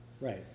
Right